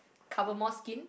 cover more skin